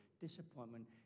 disappointment